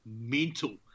mental